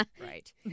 Right